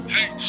Hey